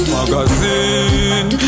Magazine